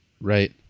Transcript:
right